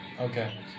Okay